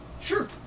Sure